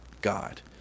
God